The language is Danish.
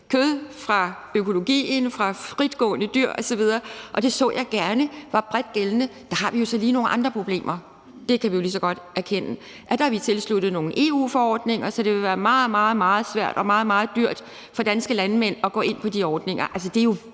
kød fra økologisk opdræt og fra fritgående dyr osv., og det så jeg gerne var bredt gældende. Der har vi jo så lige nogle andre problemer, det kan vi lige så godt erkende. Der har vi tilsluttet os nogle EU-forordninger, så det ville være meget, meget svært og meget, meget dyrt for danske landmænd at gå ind på de ordninger.